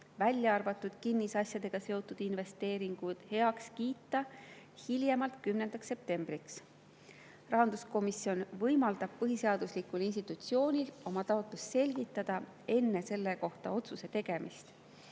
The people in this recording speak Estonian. välja arvatud kinnisasjadega seotud investeeringud, hiljemalt 10. septembriks. Rahanduskomisjon võimaldab põhiseaduslikul institutsioonil oma taotlust selgitada enne selle kohta otsuse tegemist.